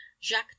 jacques